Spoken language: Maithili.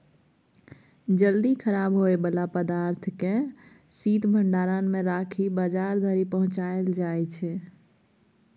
जल्दी खराब होइ बला पदार्थ केँ शीत भंडारण मे राखि बजार धरि पहुँचाएल जाइ छै